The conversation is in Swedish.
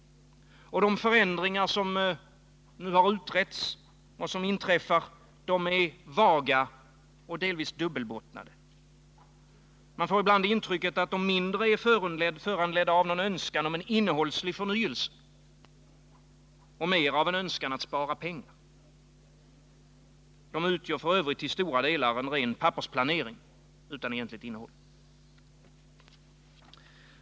De förändringar som nu inträffar är vaga och delvis dubbelbottnade. Man får ibland det intrycket att de är mindre föranledda av en önskan om innehållslig förnyelse och mer av en önskan att spara pengar. De utgör f. ö. till stora delar en ren pappersplanering utan verkligt innehåll.